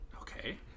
Okay